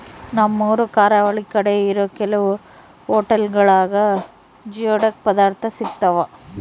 ನಮ್ಮೂರು ಕರಾವಳಿ ಕಡೆ ಇರೋ ಕೆಲವು ಹೊಟೆಲ್ಗುಳಾಗ ಜಿಯೋಡಕ್ ಪದಾರ್ಥ ಸಿಗ್ತಾವ